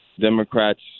democrats